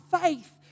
faith